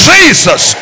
Jesus